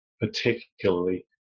particularly